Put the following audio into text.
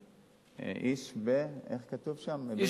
איש, איך כתוב שם?